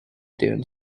dune